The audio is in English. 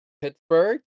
Pittsburgh